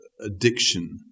addiction